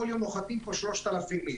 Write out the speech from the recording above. כל יום נוחתים פה 3,000 איש,